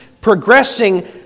progressing